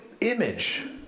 image